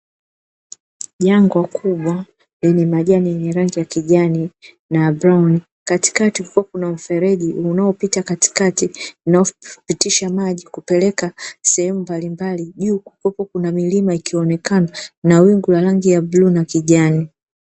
Jangwa kubwa lenye majani yenye rangi ya kijani na kahawia, Katikati kukiwa na mfereji unaopita katikati, unaopitisha maji kupeleka sehemu mbalimbali. Juu kukiwa kuna milima ikionekana na wingu la rangi ya bluu na kijani.